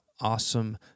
awesome